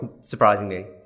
surprisingly